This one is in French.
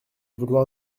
vouloir